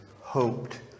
hoped